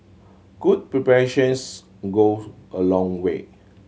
good preparations go a long way